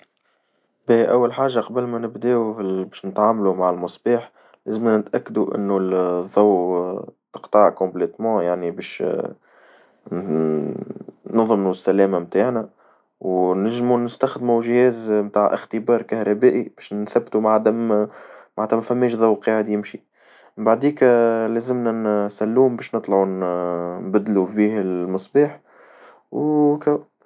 باهي أول حاجة قبل ما نبدأو باش نتعاملو مع المصباح، لازمنا نتأكدو إنو الظو انقطع كومبليتمو يعني، باش نظمنو السلامة متاعنا ونجمو نستخدمو جهاز متاع اختبار كهربائي باش نثبتو عدم معنتها مثماش ظوء قاعد يمشي بعديكا لازمنا سلوم باش نطلعو نبدلو فيه المصباح وكم.